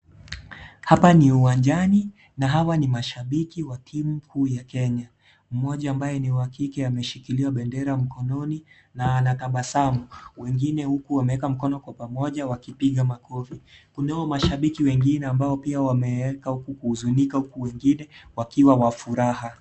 Hapa ni uwanjani na hawa ni mashabiki wa timu kuu ya Kenya. Mmoja ambaye ni wa kike ameshikilia bendera mkononi akitabasamu Wengine huku wameweka mikono kwa pamoja huku wakipiga makofi kunao mashabiki wengine ambao wameweka kuhuzunika huku wengine wakiwa wa furaha.